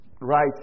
right